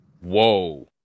Whoa